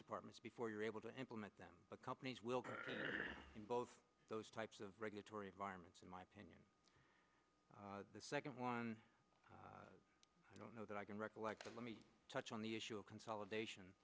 departments before you're able to implement them the companies will involve those types of regulatory environments in my opinion the second one i don't know that i can recollect let me touch on the issue of consolidation